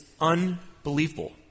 unbelievable